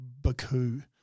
Baku